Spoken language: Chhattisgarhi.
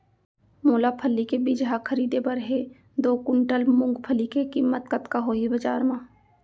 मोला फल्ली के बीजहा खरीदे बर हे दो कुंटल मूंगफली के किम्मत कतका होही बजार म?